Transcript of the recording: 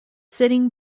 sitting